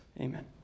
Amen